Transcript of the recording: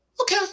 Okay